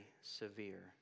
severe